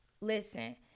listen